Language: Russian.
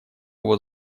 его